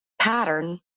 pattern